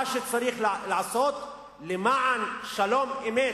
מה שצריך לעשות למען שלום-אמת